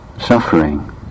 suffering